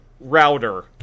router